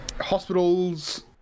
hospitals